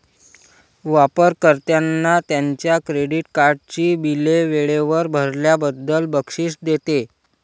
वापर कर्त्यांना त्यांच्या क्रेडिट कार्डची बिले वेळेवर भरल्याबद्दल बक्षीस देते